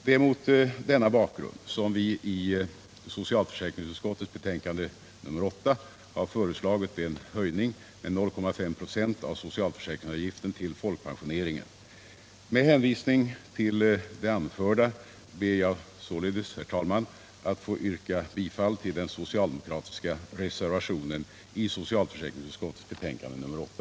Det är mot denna bakgrund som vi i socialförsäkringsutskottets betänkande nr 8 har föreslagit en höjning med 0,5 96 av socialförsäkringsavgiften till folkpensioneringen. Med hänvisning till det anförda ber jag således, herr talman, att få yrka bifall till den socialdemokratiska reservationen i socialförsäkringsutskottets betänkande nr 8.